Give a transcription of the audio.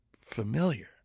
familiar